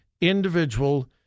individual